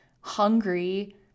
hungry